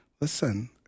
listen